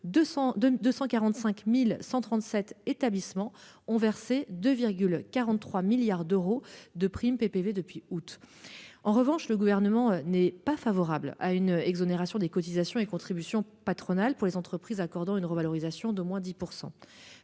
245 137 établissements ont versé 2,43 milliards d'euros de prime PPV entre le mois d'août et le 21 décembre 2022. En revanche, le Gouvernement n'est pas favorable à l'exonération des cotisations et contributions patronales pour les entreprises accordant une revalorisation d'au moins 10 %.